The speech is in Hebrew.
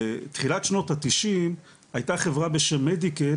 בתחילת שנות ה-90 הייתה חברה בשם 'מדיקט'